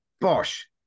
bosh